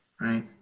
right